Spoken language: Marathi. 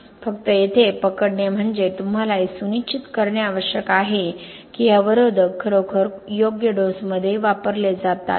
फक्त येथे पकडणे म्हणजे तुम्हाला हे सुनिश्चित करणे आवश्यक आहे की हे अवरोधक खरोखर योग्य डोसमध्ये वापरले जातात